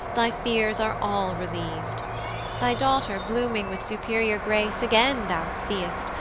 thy fears are all reliev'd thy daughter blooming with superior grace again thou see'st,